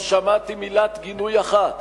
לא שמעתי מילת גינוי אחת.